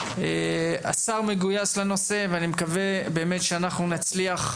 השר מגוייס לנושא ואני מקווה באמת שאנחנו נצליח,